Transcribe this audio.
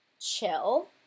chill